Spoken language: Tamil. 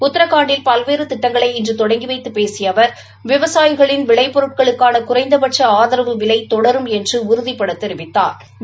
உத்ரகாண்டில் பல்றே திட்டங்களை இன்று தொடங்கி வைத்து பேசிய அவர் விவசாயிகளின் விளைபொருட்களுக்கான குறைந்தபட்ச ஆதரவு விலை தொடரும் என்று உறுதிடட தெரிவித்தாா்